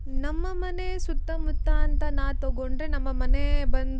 ನಮ್ಮ ಮನೆ ಸುತ್ತಮುತ್ತಾಂತ ನಾ ತಗೊಂಡರೆ ನಮ್ಮ ಮನೆ ಬಂದು